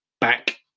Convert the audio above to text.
back